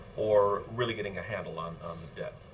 or really getting a handle on um the debt?